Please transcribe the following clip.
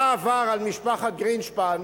מה עבר על משפחת גרינשפן